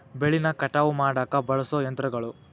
ಬೆಳಿನ ಕಟಾವ ಮಾಡಾಕ ಬಳಸು ಯಂತ್ರಗಳು